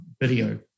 video